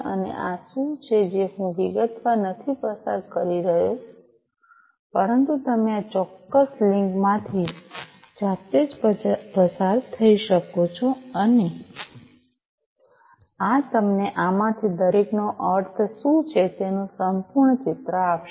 અને આ શું છે જે હું વિગતવાર નથી પસાર કરી રહ્યો છું પરંતુ તમે આ ચોક્કસ લિંક માંથી જાતે જ પસાર થઈ શકો છો આ તમને આમાંથી દરેકનો અર્થ શું છે તેનું સંપૂર્ણ ચિત્ર આપશે